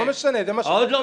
זה מה שכתוב פה.